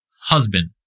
husband